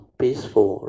peaceful